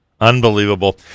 Unbelievable